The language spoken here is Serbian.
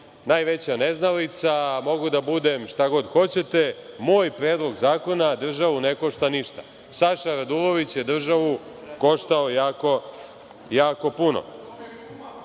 najveća neznalica, mogu da budem šta god hoćete, moj predlog zakona državu ne košta ništa. Saša Radulović je državu koštao jako puno. To